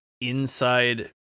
inside